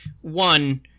one